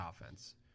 offense